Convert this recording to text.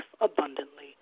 abundantly